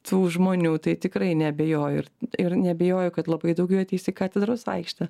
tų žmonių tai tikrai neabejoju ir ir neabejoju kad labai daug jų ateis į katedros aikštę